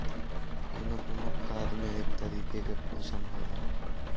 कउनो कउनो खाद में एक तरीके के पोशन होला